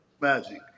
magic